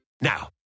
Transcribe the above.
Now